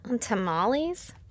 Tamales